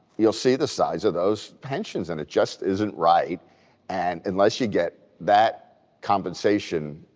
you'll see the size of those pensions and it just isn't right and unless you get that compensation,